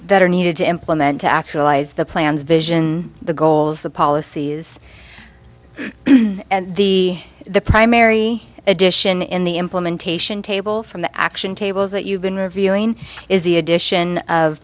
that are needed to implement to actualize the plans vision the goals the policies and the the primary edition in the implementation table from the action tables that you've been reviewing is the addition of